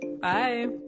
Bye